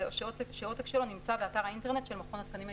יהיה: שעותק שלו נמצא באתר האינטרנט של מכון התקנים הישראלי,